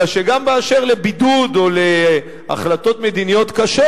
אלא שגם באשר לבידוד או להחלטות מדיניות קשות,